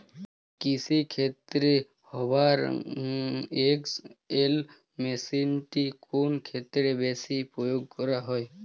কৃষিক্ষেত্রে Hoover XL মেশিনটি কোন ক্ষেত্রে বেশি প্রয়োগ করা হয়?